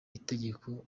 itegeko